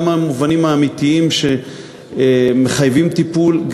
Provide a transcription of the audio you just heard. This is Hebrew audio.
גם המובנים האמיתיים שמחייבים טיפול,